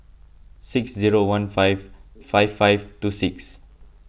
six zero one five five five two six